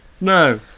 No